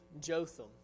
Jotham